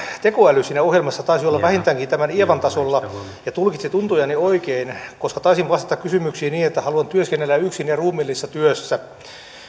tekoäly siinä ohjelmassa taisi olla vähintäänkin tämän ievan tasolla ja tulkitsi tuntojani oikein koska taisin vastata kysymyksiin niin että haluan työskennellä yksin ja ruumiillisessa työssä